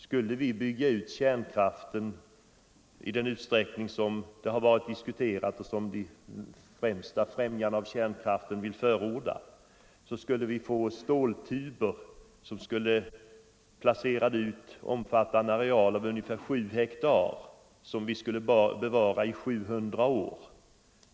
Skulle vi bygga ut kärnkraften i den utsträckning som har diskuterats och som de främsta främjarna av kärnkraften vill förorda, skulle vi få så många ståltuber, att de utplacerade skulle omfatta en areal på ungefär 7 hektar och som vi skulle behöva bevara i 700 år.